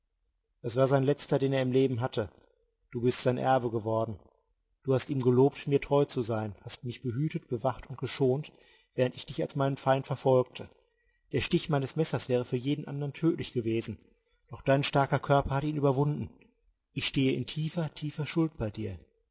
es war sein letzter den er im leben hatte du bist sein erbe geworden du hast ihm gelobt mir treu zu sein hast mich behütet bewacht und geschont während ich dich als meinen feind verfolgte der stich meines messers wäre für jeden andern tödlich gewesen doch dein starker körper hat ihn überwunden ich stehe in tiefer tiefer schuld bei dir